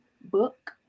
book